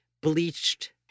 bleached